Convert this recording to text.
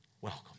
Welcome